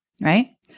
Right